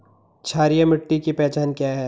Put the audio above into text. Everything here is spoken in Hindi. क्षारीय मिट्टी की पहचान क्या है?